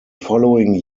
following